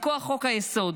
מכוח חוק-היסוד: